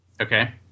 Okay